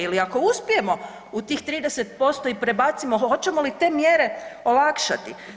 Ili ako uspijemo u tih 30% i prebacimo hoćemo li te mjere olakšati?